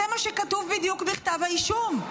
זה בדיוק מה שכתוב בכתב האישום,